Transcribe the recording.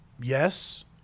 Yes